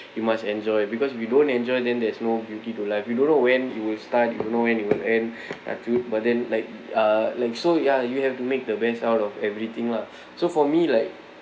you must enjoy because we don't enjoy then there's no beauty to life you don't know when it will start you don't know when it will end until but then like uh like so ya you have to make the best out of everything lah so for me like